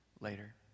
later